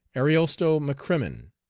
ariosto mccrimmon,